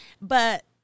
but-